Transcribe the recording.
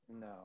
No